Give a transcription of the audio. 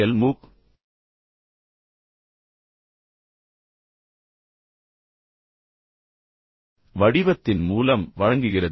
L மூக் வடிவத்தின் மூலம் வழங்குகிறது